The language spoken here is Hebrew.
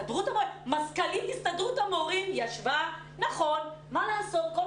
מזכ"לית הסתדרות המורים היתה מורה כל חייה.